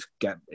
get